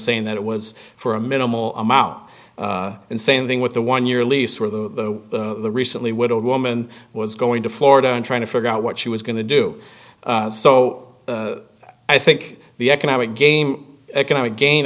saying that it was for a minimal amount and same thing with the one year lease where the recently widowed woman was going to florida and trying to figure out what she was going to do so i think the economic game economic gain